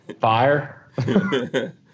Fire